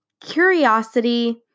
curiosity